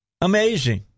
amazing